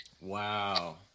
Wow